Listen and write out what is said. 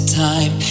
time